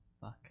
Fuck